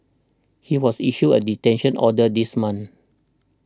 he was issued a detention order this month